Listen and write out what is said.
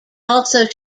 also